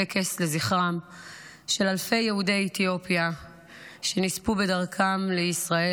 טקס לזכרם של אלפי יהודי אתיופיה שנספו בדרכם לישראל,